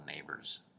neighbors